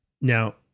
now